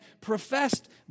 professed